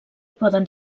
poden